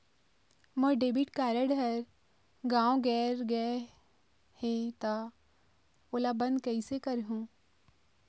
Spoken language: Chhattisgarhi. मोर डेबिट कारड हर गंवा गैर गए हे त ओला बंद कइसे करहूं?